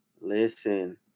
Listen